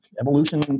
evolution